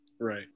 Right